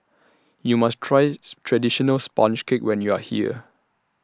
YOU must Try Traditional Sponge Cake when YOU Are here